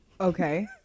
okay